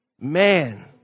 man